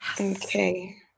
Okay